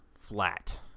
flat